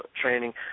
training